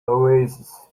oasis